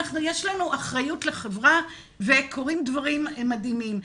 יש לנו אחריות לחברה, וקורים דברים מדהימים.